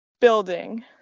building